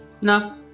No